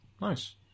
Nice